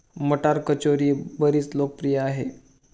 मटार कचोरी बरीच लोकप्रिय आहे